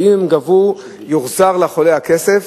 ואם הן גבו יוחזר לחולה הכסף,